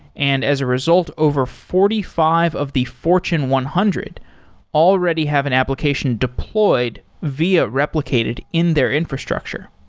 and as a result, over forty five of the fortune one hundred already have an application deployed via replicated in their infrastructure.